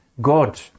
God